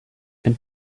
and